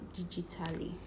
digitally